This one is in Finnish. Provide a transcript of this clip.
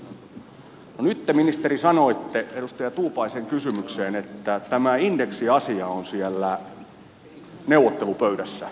no nyt te ministeri sanoitte edustaja tuupaisen kysymykseen että tämä indeksiasia on siellä neuvottelupöydässä